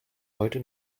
heute